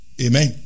Amen